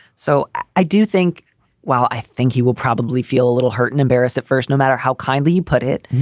so i do think well, i think he will probably feel a little hurt and embarrassed at first, no matter how kylie put it.